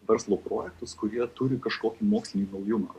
verslo projektus kurie turi kažkokį mokslinį naujumą